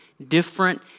Different